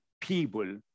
people